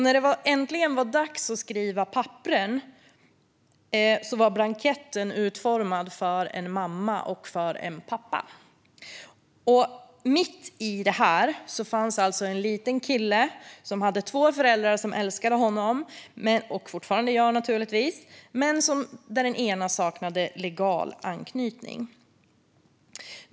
När det äntligen var dags att skriva på papperen var blanketten utformad för en mamma och en pappa. Mitt i det här fanns en liten kille som hade två föräldrar som älskade honom - och som naturligtvis fortfarande gör det. Den ena saknade dock legal anknytning.